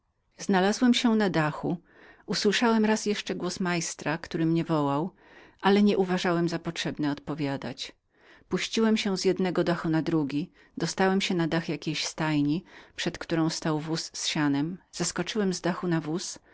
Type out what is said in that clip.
znalazłem się na dachu usłyszałem raz jeszcze głos majstra który mnie wołał ale nie sądziłem za rzecz potrzebną dania mu odpowiedzi puściłem się z jednego dachu na drugi dostałem się na dach jakiejś stajni przed którą stał wóz z sianem zeskoczyłem z dachu na wóz